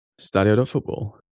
Stadio.football